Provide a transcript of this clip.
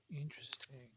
Interesting